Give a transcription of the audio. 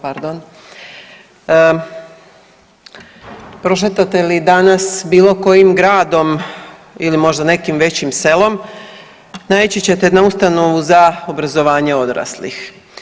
Prošetate li danas bilo kojim gradom ili možda nekim većim selom naići ćete na ustanovu za obrazovanje odraslih.